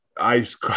ice